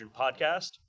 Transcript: Podcast